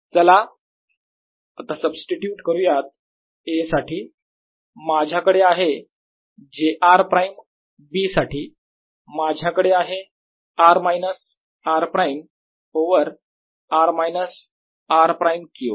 चला आता सब्स्टिट्यूट करूयात A साठी माझ्याकडे आहे j r प्राईम B साठी माझ्याकडे आहे r minus r prime over r minus r prime cube